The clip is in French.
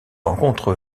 rencontre